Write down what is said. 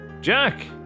Jack